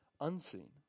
unseen